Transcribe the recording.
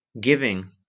giving